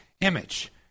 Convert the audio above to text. image